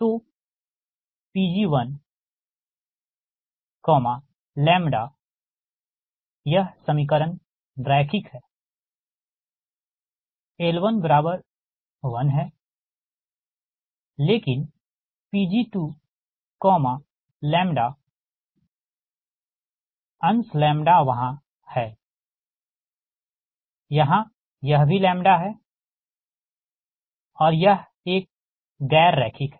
तोPg1 λ यह समीकरण रैखिक है L1 1 ठीक है लेकिनPg2 λ अंश वहाँ है यहाँ यह भी है यह एक गैर रैखिक है